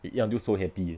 you eat until so happy eh